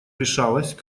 решалось